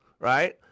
right